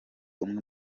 umwe